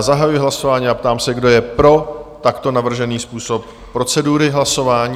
Zahajuji hlasování a ptám se, kdo je pro takto navržený způsob procedury hlasování?